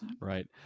Right